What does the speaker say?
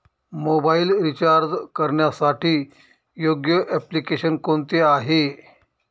Mobile recharge करण्यासाठी योग्य application कोणते आहे?